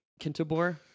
Kintobor